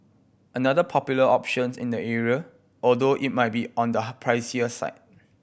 another popular options in the area although it might be on the pricier side